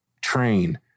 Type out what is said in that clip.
train